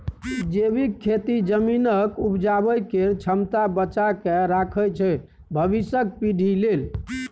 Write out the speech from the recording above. जैबिक खेती जमीनक उपजाबै केर क्षमता बचा कए राखय छै भबिसक पीढ़ी लेल